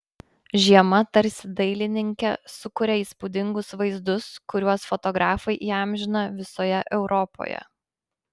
žiema tarsi dailininke sukuria įspūdingus vaizdus kuriuos fotografai įamžina visoje europoje